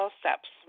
steps